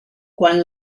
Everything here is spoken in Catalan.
quan